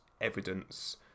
evidence